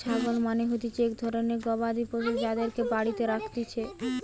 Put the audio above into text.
ছাগল মানে হতিছে এক ধরণের গবাদি পশু যাদেরকে বাড়িতে রাখতিছে